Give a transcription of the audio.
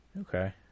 Okay